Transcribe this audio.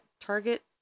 Target